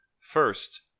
First